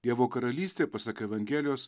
dievo karalystė pasak evangelijos